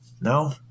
No